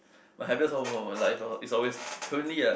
my happiest moment of my life uh is always currently ah